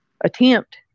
attempt